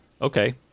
Okay